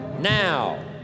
now